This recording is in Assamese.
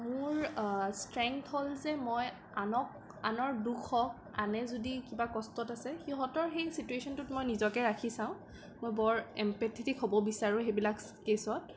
মোৰ ষ্ট্ৰেংথ হ'ল যে মই আনক আনৰ দুখক আনে যদি কিবা কষ্টত আছে সিহঁতৰ সেই ছিটুৱেচনটোত মই নিজকে ৰাখি চাওঁ মই বৰ এমপেথেটিক হ'ব বিচাৰোঁ সেইবিলাক কেছত